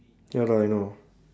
ya lah I know